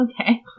Okay